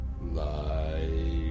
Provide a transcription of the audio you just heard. life